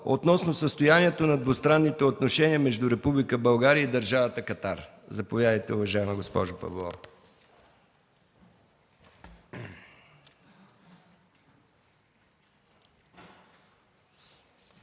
относно състоянието на двустранните отношения между Република България и Държавата Катар. Заповядайте, уважаема госпожо Павлова.